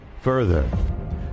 further